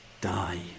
die